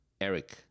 eric